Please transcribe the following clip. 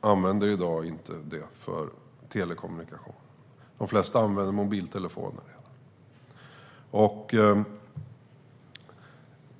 använder inte detta för telekommunikation i dag, utan de använder mobiltelefoner.